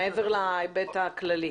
מעבר להיבט הכללי.